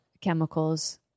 chemicals